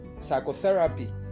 psychotherapy